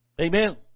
Amen